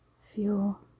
feel